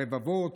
הרבבות,